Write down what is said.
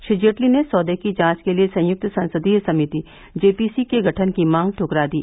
श्री जेटली ने सौदे की जांच के लिए संयुक्त संसदीय समिति जेपीसी के गठन की मांग दुकरा दी